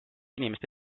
inimeste